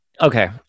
okay